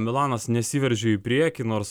milanas nesiveržė į priekį nors